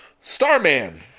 Starman